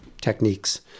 techniques